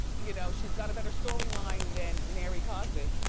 you know she's got a better storyline than mary cosby.